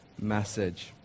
message